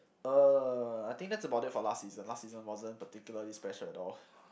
uh I think that is about it for last season last season wasn't particularly special at all